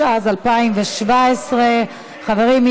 התשע"ז 2017. חברים,